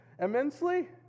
immensely